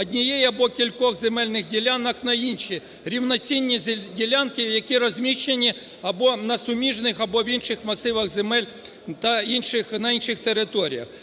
однієї або кількох земельних ділянок на інші рівноцінні ділянки, які розміщені або на суміжних, або в інших масивах земель та на інших територіях.